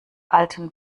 alten